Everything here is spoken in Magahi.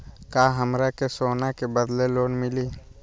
का हमरा के सोना के बदले लोन मिलि?